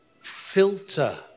filter